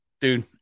dude